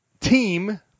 team